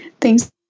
Thanks